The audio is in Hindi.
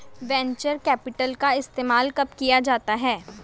वेन्चर कैपिटल का इस्तेमाल कब किया जाता है?